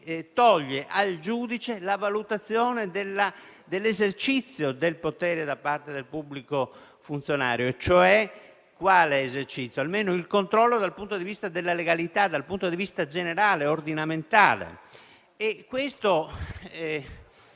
toglie al giudice la valutazione dell'esercizio del potere da parte del pubblico funzionario. E qual è l'esercizio? Si tratta almeno del controllo dal punto di vista della legalità e dal punto di vista generale e ordinamentale.